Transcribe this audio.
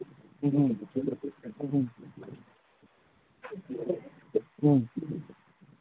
ꯎꯝ ꯎꯝ ꯎꯝ ꯎꯝ ꯎꯝ